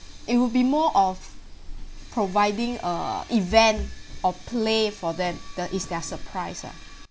it would be more of providing a event or play for them the is their surprise ah